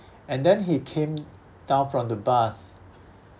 and then he came down from the bus